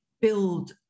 build